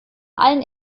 allen